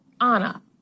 Anna